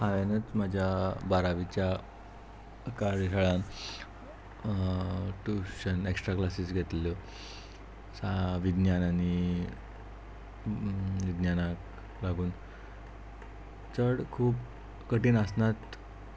हांवेनच म्हज्या बारावीच्या कार्यशाळान ट्युशन एक्स्ट्रा क्लासीस घेतल्यो विज्ञान आनी विज्ञानाक लागून चड खूब कठीण आसनात